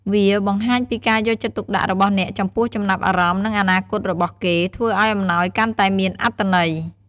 វាបង្ហាញពីការយកចិត្តទុកដាក់របស់អ្នកចំពោះចំណាប់អារម្មណ៍ និងអនាគតរបស់គេ ធ្វើឱ្យអំណោយកាន់តែមានអត្ថន័យ។